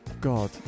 God